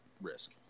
risk